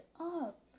up